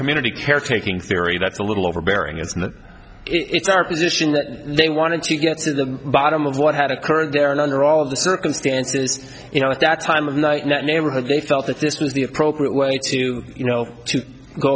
community care taking theory that's a little overbearing and that it's our position that they wanted to get to the bottom of what had occurred there and under all the circumstances you know at that time of night not neighborhood they felt that this was the appropriate way to you know to go